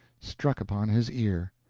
struck upon his ear.